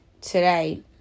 today